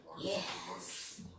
Yes